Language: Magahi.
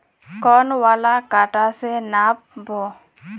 कौन वाला कटा से नाप बो?